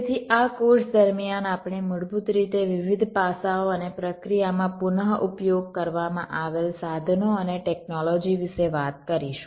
તેથી આ કોર્સ દરમિયાન આપણે મૂળભૂત રીતે વિવિધ પાસાઓ અને પ્રક્રિયામાં પુનઃઉપયોગ કરવામાં આવેલ સાધનો અને ટેકનોલોજી વિશે વાત કરીશું